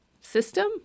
system